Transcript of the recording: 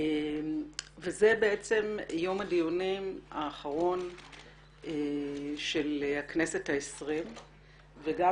וזה בעצם יום הדיונים האחרון של הכנסת ה-20 וגם